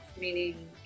meaning